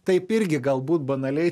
taip irgi galbūt banaliai